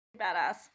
Badass